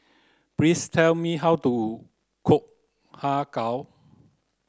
please tell me how to cook har kow